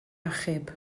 achub